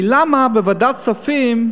כי למה בוועדת הכספים,